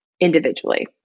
individually